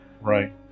right